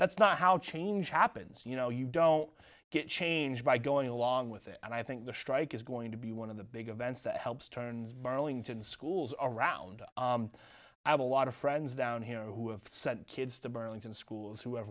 that's not how change happens you know you don't get change by going along with it and i think the strike is going to be one of the big events that helps turns burlington schools around i have a lot of friends down here who have sent kids to burlington schools who have